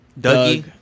Doug